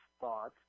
thoughts